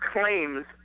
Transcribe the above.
claims